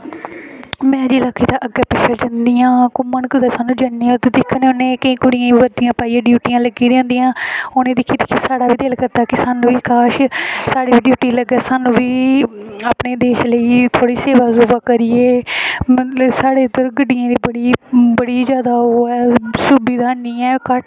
में ते अग्गें पिच्छें जन्नी आं घुम्मन कुदै ते अस जन्ने होन्ने ते दिक्खने होन्ने कि कुड़ियें ई रोज़ दियां ड्यूटियां लग्गी दियां होंदियां उनेंगी दिक्खी दिक्खी साढ़ा बी दिल करदा की काश साढ़ी बी ड्यूटी लग्गे स्हानू बी अपने देश लेई थोह्ड़ी सेवा करियै साढ़े म्हल्लै इद्धर गड्डियें दी बड़ी जादै ओह् ऐ सुविधा हैनी ऐ